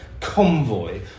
convoy